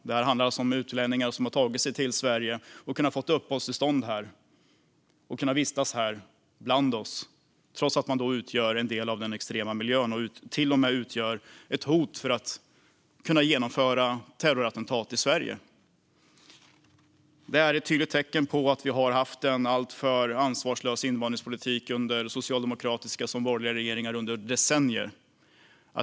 Det handlar om utlänningar som har tagit sig till Sverige och som har kunnat få uppehållstillstånd och vistas här ibland oss trots att de utgör en del av den extrema miljön och till och med utgör ett hot när det gäller att genomföra terrorattentat i Sverige. Det är ett tydligt tecken på att vi har haft en alltför ansvarslös invandringspolitik under socialdemokratiska och borgerliga regeringar under decennier.